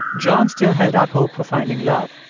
john still held out hope for finding love.